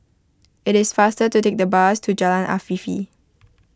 it is faster to take the bus to Jalan Afifi